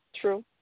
true